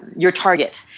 your target.